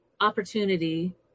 opportunity